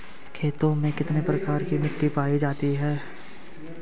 खेतों में कितने प्रकार की मिटी पायी जाती हैं?